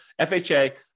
FHA